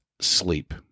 sleep